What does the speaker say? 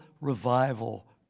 revival